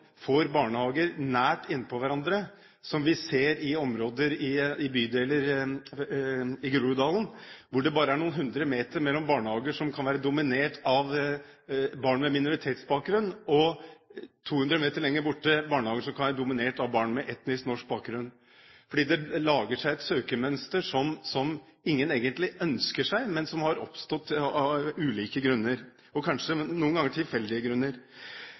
får barnehager nært innpå hverandre – som vi ser i områder i bydeler i Groruddalen, hvor det bare er noen hundre meter mellom barnehager som kan være dominert av barn med minoritetsbakgrunn, og barnehager som kan være dominert av barn med etnisk norsk bakgrunn – fordi det lager seg et søkermønster som ingen egentlig ønsker seg, men som har oppstått av ulike grunner, og kanskje noen ganger tilfeldige grunner.